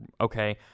okay